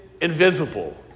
invisible